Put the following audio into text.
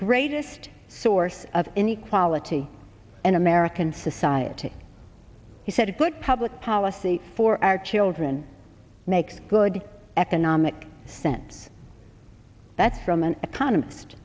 greatest source of inequality in american society he said a good public policy for our children makes good economic sense that from an economist